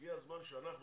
הגיע הזמן שאנחנו,